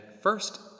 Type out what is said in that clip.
first